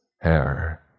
Hair